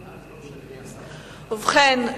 ובכן,